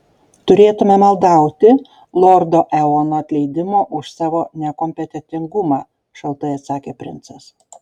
turėtumėte maldauti lordo eono atleidimo už savo nekompetentingumą šaltai atsakė princas